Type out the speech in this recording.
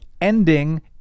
ending